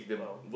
!wow!